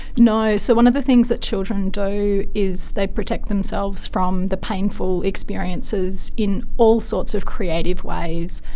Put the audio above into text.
no. so one of the things that children do is they protect themselves from the painful experiences in all sorts of creative ways.